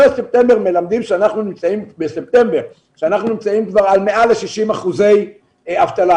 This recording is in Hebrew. מלמדים שאנחנו נמצאים כבר על מעל ל-60 אחוזי אבטלה.